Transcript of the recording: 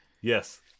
Yes